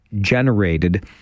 generated